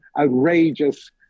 outrageous